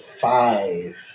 five